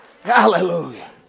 Hallelujah